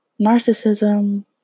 Narcissism